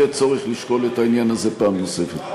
יהיה צורך לשקול את העניין הזה פעם נוספת.